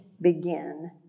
begin